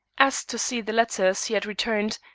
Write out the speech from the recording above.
asked to see the letters he had returned,